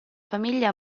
famiglia